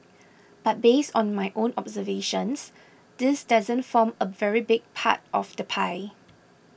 but based on my own observations this doesn't form a very big part of the pie